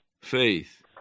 faith